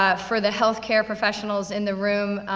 ah for the healthcare professionals in the room,